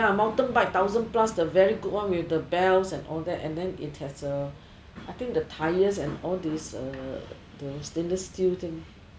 ya mountain bike thousand plus the very good one with the bells and all that and then it has uh I think the tyres and all this the stainless steel thing